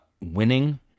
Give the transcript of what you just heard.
Winning